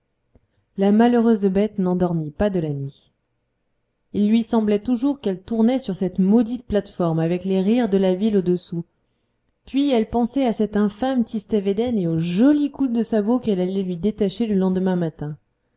la malheureuse bête n'en dormit pas de la nuit il lui semblait toujours qu'elle tournait sur cette maudite plate-forme avec les rires de la ville au-dessous puis elle pensait à cet infâme tistet védène et au joli coup de sabot qu'elle allait lui détacher le lendemain matin